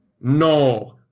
No